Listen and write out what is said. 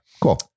Cool